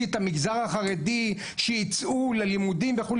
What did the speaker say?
את המגזר החרדי שיצאו ללימודים וכו'.